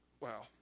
Wow